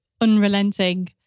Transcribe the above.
unrelenting